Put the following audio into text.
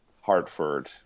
hartford